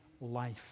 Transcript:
life